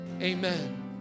Amen